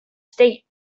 state